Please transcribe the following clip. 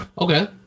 Okay